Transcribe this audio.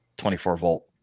24-volt